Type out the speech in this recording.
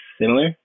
similar